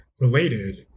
related